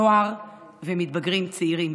נוער ומתבגרים צעירים.